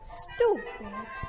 stupid